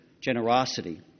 generosity